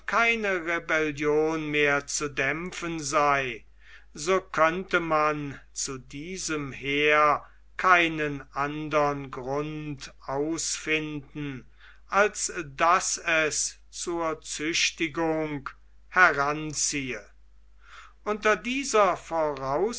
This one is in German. keine rebellion mehr zu dämpfen sei so könnte man zu diesem heer keinen andern grund ausfinden als daß es zur züchtigung heranziehe unter dieser